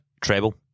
treble